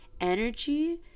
energy